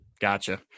Gotcha